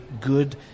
good